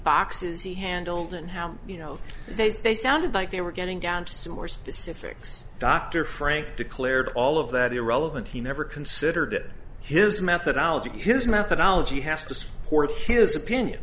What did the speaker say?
boxes he handled and how you know they sounded like they were getting down to some more specifics dr frank declared all of that irrelevant he never considered it his methodology his methodology has to support his opinion